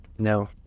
No